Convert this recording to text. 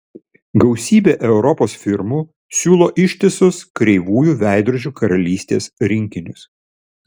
gausybė europos firmų siūlo ištisus kreivųjų veidrodžių karalystės rinkinius